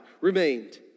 remained